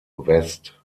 west